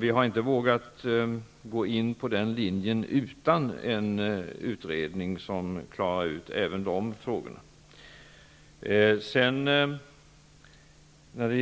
Vi har inte vågat gå in på den linjen utan en utredning där även de frågorna klaras ut. Vi